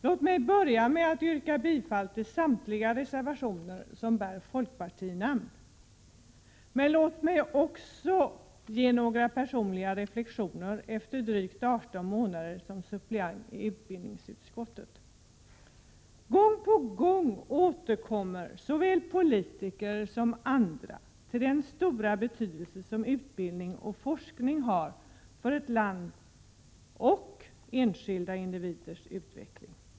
Låt mig börja med att yrka bifall till samtliga reservationer med folkpartinamn, men låt mig också göra några personliga reflexioner efter drygt 18 månader som suppleant i utbildningsutskottet. Gång på gång återkommer såväl politiker som andra till den stora betydelse som utbildning och forskning har för ett lands och enskilda individers utveckling.